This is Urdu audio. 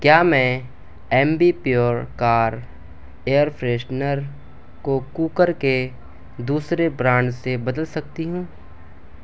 کیا میں ایمبیپیور کار ایئر فریشنر کو کوکر کے دوسرے برانڈ سے بدل سکتی ہوں